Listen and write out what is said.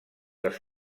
els